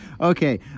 Okay